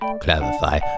clarify